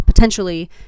potentially